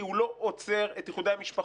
כי הוא לא עוצר את איחודי המשפחות,